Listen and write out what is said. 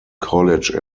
college